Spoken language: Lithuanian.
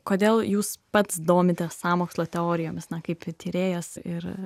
kodėl jūs pats domitės sąmokslo teorijomis na kaip tyrėjas ir